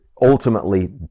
ultimately